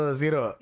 zero